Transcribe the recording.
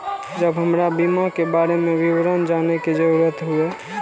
जब हमरा बीमा के बारे में विवरण जाने के जरूरत हुए?